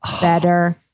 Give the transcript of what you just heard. better